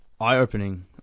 Eye-opening